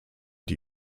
die